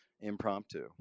impromptu